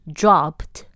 dropped